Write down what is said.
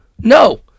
No